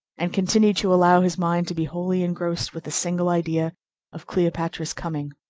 and continued to allow his mind to be wholly engrossed with the single idea of cleopatra's coming.